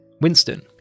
Winston